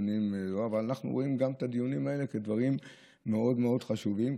אבל אנחנו רואים גם את הדיונים האלה כדברים מאוד מאוד חשובים,